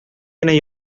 генә